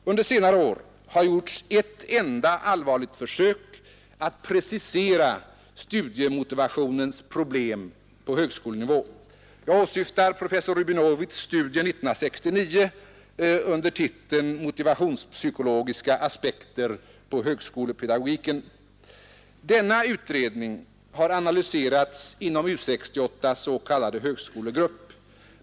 Under senare år har ett enda allvarligt försök gjorts att precisera studiemotivationens problem på högskolenivå; jag åsyftar professor Sigvard Rubenowitz” studie 1969 med titeln ”Motivationspsykologiska aspekter på högskolepedagogiken”. Denna utredning har analyserats inom U 68:s s.k. högskolegrupp.